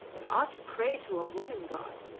and ought to pray to a woman-god!